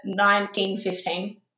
1915